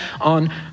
on